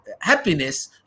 happiness